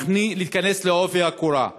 להיכנס בעובי הקורה,